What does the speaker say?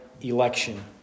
election